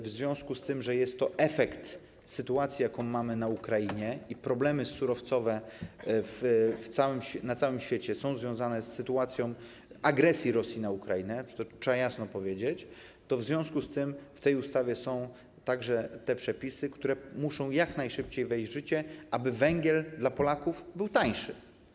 W związku z tym, że jest to efekt sytuacji, jaką mamy na Ukrainie, i problemy surowcowe na całym świecie są związane z sytuacją agresji Rosji na Ukrainę, to trzeba jasno powiedzieć, w związku z tym w tej ustawie są także te przepisy, które muszą jak najszybciej wejść w życie, aby węgiel dla Polaków był tańszy.